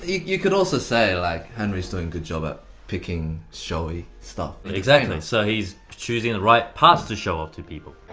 you could also say, like. henry's doing a good job at picking. showy stuff. and exactly, so he's choosing the right parts to show off to people.